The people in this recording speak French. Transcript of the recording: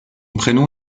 prénom